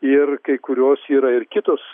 ir kai kurios yra ir kitos